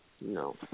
no